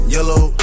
Yellow